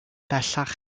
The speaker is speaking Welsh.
bellach